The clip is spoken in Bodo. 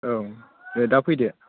औ दे दा फैदो